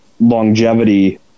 longevity